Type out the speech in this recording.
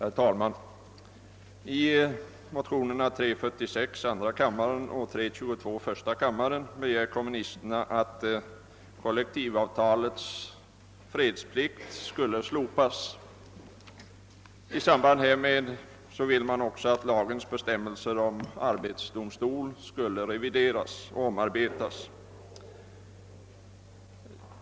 Herr talman! I motionerna I: 322 och II: 346 begär kommunisterna att kollektivavtalslagens bestämmelse om fredsplikt skall slopas samt att lagen om arbetsdomstol revideras och omarbetas.